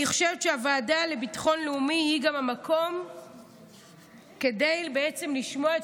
אני חושבת שהוועדה לביטחון לאומי היא גם המקום לשמוע את